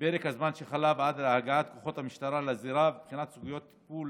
פרק הזמן שחלף עד להגעת כוחות המשטרה לזירה ובחינת סוגיית טיפול